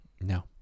No